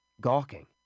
gawking